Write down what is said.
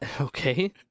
Okay